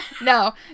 No